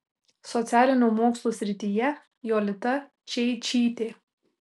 socialinių mokslų srityje jolita čeičytė